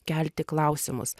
kelti klausimus